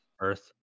Earth